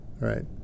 right